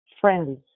friends